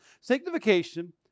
Sanctification